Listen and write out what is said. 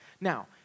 Now